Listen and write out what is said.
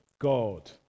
God